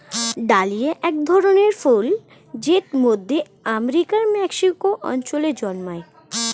dahlia এক ধরনের ফুল জেট মধ্য আমেরিকার মেক্সিকো অঞ্চলে জন্মায়